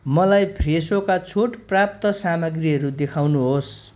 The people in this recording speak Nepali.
मलाई फ्रेसोका छुटप्राप्त सामग्रीहरू देखाउनुहोस्